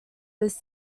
this